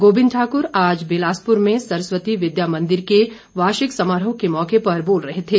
गोबिंद ठाकुर आज बिलासपुर में सरस्वती विद्या मंदिर के वार्षिक समारोह के मौके पर बोल रहे थे